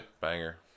Banger